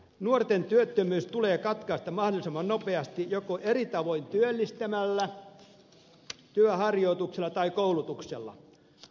nuorten työttömyys tulee katkaista mahdollisimman nopeasti joko eri tavoin työllistämällä työharjoituksella tai koulutuksella